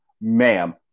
ma'am